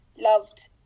loved